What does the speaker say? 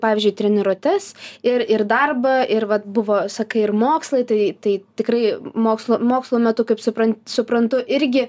pavyzdžiui treniruotes ir ir darbą ir vat buvo sakai ir mokslai tai tai tikrai mokslo mokslo metu kaip supran suprantu irgi